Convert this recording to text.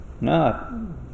No